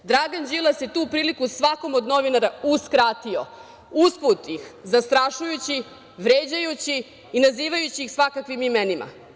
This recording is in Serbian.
Dragan Đilas je tu priliku svakome od novinara uskratio uz put ih zastrašujući, vređajući i nazivajući ih svakakvim imenima.